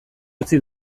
utzi